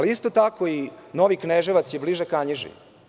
Isto tako, Novi Kneževac je bliže Kanjiži.